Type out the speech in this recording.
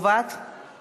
את